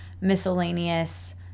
miscellaneous